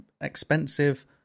expensive